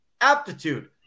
aptitude